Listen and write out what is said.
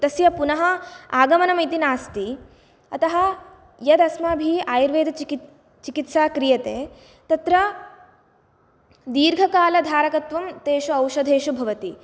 तस्य पुनः आगमनं इति नास्ति अतः यदस्माभिः आयुर्वेदचिकि चिकित्सा क्रियते तत्र दीर्घकालधारकत्वं तेषु औषधेषु भवति